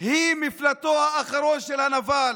היא מפלטו האחרון של הנבל.